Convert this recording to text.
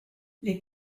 les